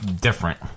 different